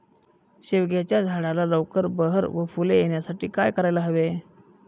शेवग्याच्या झाडाला लवकर बहर व फूले येण्यासाठी काय करायला हवे?